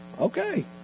Okay